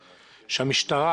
שהמשטרה,